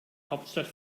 hauptstadt